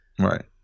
Right